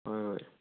ꯍꯣꯏ ꯍꯣꯏ